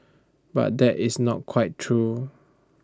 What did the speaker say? but that is not quite true